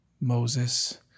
Moses